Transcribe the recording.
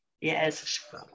Yes